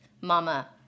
Mama